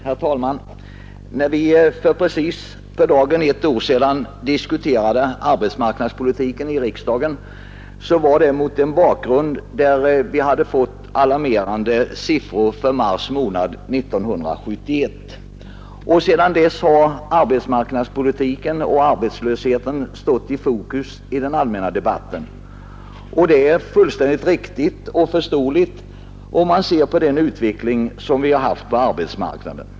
Herr talman! När vi för precis på dagen ett år sedan diskuterade arbetsmarknadspolitiken i riksdagen var det mot den bakgrunden att vi hade fått alarmerande siffror för mars månad 1971. Sedan dess har arbetsmarknadspolitiken och arbetslösheten stått i fokus i den allmänna debatten, och det är fullständigt riktigt och förståeligt, om man ser på den utveckling som vi har haft på arbetsmarknaden.